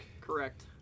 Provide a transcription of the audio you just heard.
Correct